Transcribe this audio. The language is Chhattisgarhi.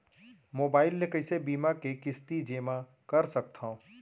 मोबाइल ले कइसे बीमा के किस्ती जेमा कर सकथव?